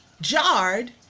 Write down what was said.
jarred